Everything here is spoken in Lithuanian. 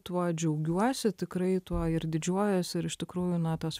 tuo džiaugiuosi tikrai tuo ir didžiuojuosi ir iš tikrųjų na tas